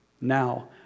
Now